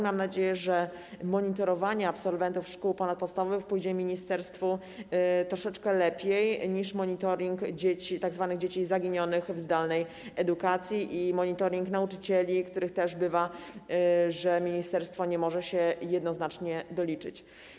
Mam nadzieję, że monitorowanie absolwentów szkół ponadpodstawowych pójdzie ministerstwu troszeczkę lepiej niż monitoring tzw. dzieci zaginionych w zdalnej edukacji i monitoring nauczycieli, których ministerstwo nie może się jednoznacznie doliczyć.